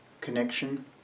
connection